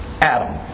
Adam